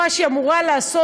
מה שהיא אמורה לעשות,